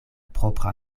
propra